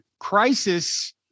crisis